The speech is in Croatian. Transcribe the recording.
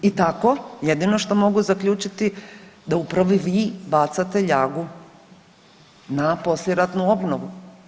I tako jedino što mogu zaključiti da upravo vi bacate ljagu na poslijeratnu obnovu.